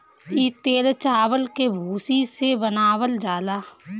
इ तेल चावल के भूसी से बनावल जाला